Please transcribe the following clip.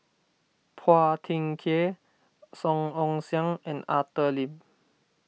Phua Thin Kiay Song Ong Siang and Arthur Lim